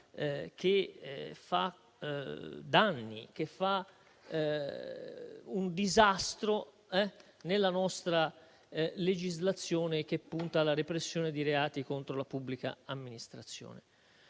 che fa danni, che provoca un disastro nella nostra legislazione e che punta alla repressione di reati contro la pubblica amministrazione.